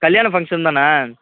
கல்யாண ஃபங்க்ஷன் தானே